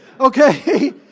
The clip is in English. okay